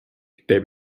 teeb